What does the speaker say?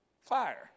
Fire